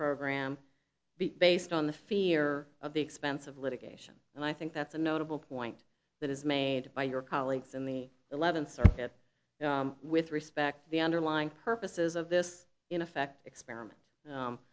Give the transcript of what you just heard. program based on the fear of the expense of litigation and i think that's a notable point that is made by your colleagues in the eleventh circuit with respect to the underlying purposes of this in effect experiment